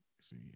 See